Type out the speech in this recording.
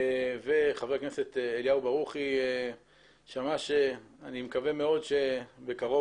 וחבר הכנסת אליהו ברוכי שאני מקווה שבקרוב